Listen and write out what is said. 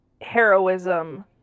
heroism